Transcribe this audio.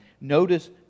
notice